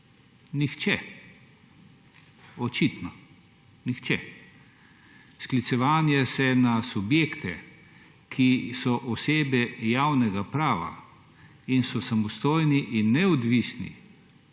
Nihče. Očitno nihče. Sklicevanje se na subjekte, ki so osebe javnega prava in so samostojni in neodvisni